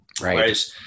Right